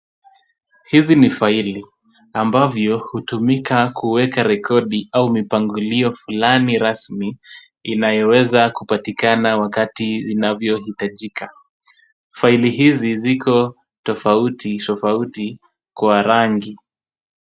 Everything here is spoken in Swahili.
Hivi ni faili ambavyo hutumika kuweka rekodi au mipangilio fulani rasmi inayoweza kupatikana wakati inavyohitajika. Faili hizi ziko tofauti tofauti kwa rangi.